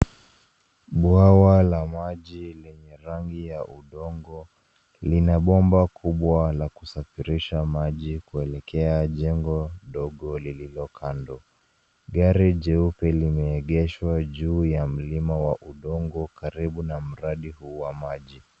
Bwawa la maji lenye rangi ya udongo lina bomba kubwa la kusafirisha maji kuelekea jengo dogo lililokando. Gari jeupe limeegeshwa juu ya mlima wa udongo karibu na mradi huu wa maji.